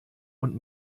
und